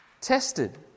Tested